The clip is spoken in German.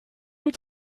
uns